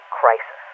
crisis